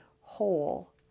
whole